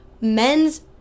men's